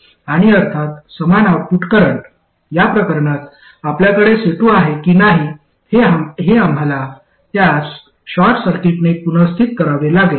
आणि अर्थात समान आउटपुट करंट या प्रकरणात आपल्याकडे C2 आहे की नाही हे आम्हीला त्यास शॉर्ट सर्किटने पुनर्स्थित करावे लागेल